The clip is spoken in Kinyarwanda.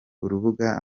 urubuga